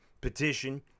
petition